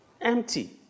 Empty